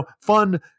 fun